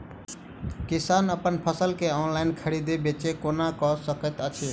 किसान अप्पन फसल केँ ऑनलाइन खरीदै बेच केना कऽ सकैत अछि?